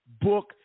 book